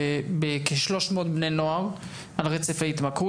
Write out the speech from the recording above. בכ-300 בני נוער על רצף ההתמכרות,